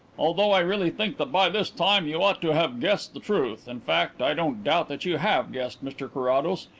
although i really think that by this time you ought to have guessed the truth. in fact, i don't doubt that you have guessed, mr carrados,